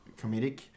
comedic